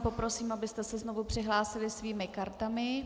Poprosím, abyste se znovu přihlásili svými kartami.